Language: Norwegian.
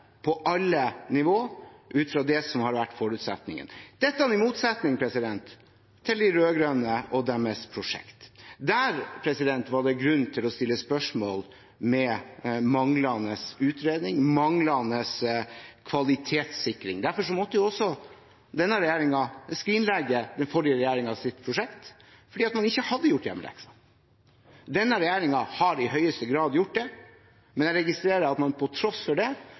på alle nivåer, ut fra det som har vært forutsetningen. Dette er i motsetning til de rød-grønne og deres prosjekt. Der var det grunn til å stille spørsmål om manglende utredning, manglende kvalitetssikring. Derfor måtte denne regjeringen skrinlegge den forrige regjeringens prosjekt: man hadde ikke gjort hjemmeleksa. Denne regjeringen har i aller høyeste grad gjort det. Men jeg registrerer at man på tross av det ønsker ytterligere utsettelse for å gjøre eksterne kvalitetssikringer. Det